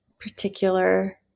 particular